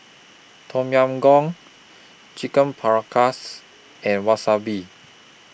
Tom Yam Goong Chicken Paprikas and Wasabi